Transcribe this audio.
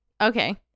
okay